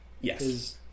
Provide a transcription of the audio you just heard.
Yes